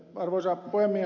arvoisa puhemies